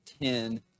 ten